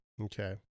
Okay